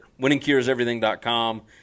WinningCuresEverything.com